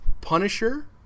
Punisher